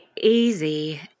easy